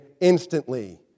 instantly